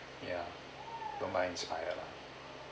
don't buy inspire lah